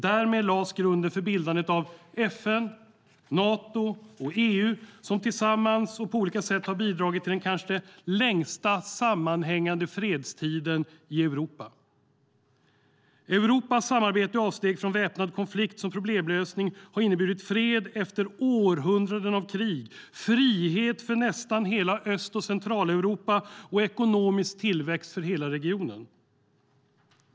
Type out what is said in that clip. Därmed lades grunden för bildandet av FN, Nato och EU som tillsammans och på olika sätt har bidragit till den kanske längsta sammanhängande fredstiden i Europa. Europas samarbete och avsteg från väpnad konflikt som problemlösning har inneburit fred efter århundraden av krig, frihet för nästan hela Öst och Centraleuropa och ekonomisk tillväxt för hela regionen.